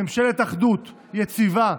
ממשלת אחדות יציבה,